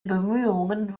bemühungen